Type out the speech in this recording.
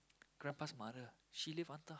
grandpa's mother she live until how